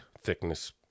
thickness